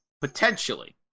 Potentially